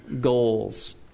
goals